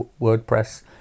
WordPress